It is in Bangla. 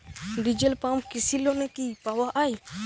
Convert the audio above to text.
ডিজেল পাম্প কৃষি লোনে কি পাওয়া য়ায়?